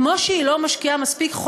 כמו שהיא לא משקיעה מספיק,